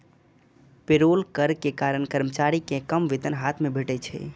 payroll कर के कारण कर्मचारी कें कम वेतन हाथ मे भेटै छै